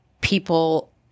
people